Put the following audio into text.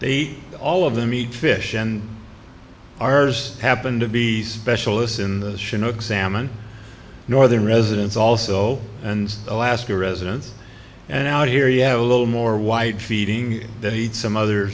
eat all of them eat fish and ours happened to be specialists in the chinook salmon northern residents also and alaska residents and out here you have a little more white feeding that heat some other